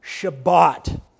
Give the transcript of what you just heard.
Shabbat